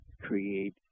create